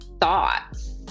thoughts